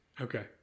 Okay